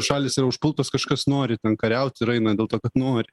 šalys yra užpultos kažkas nori ten kariaut ir aina dėl to kad nori